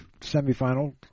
semifinal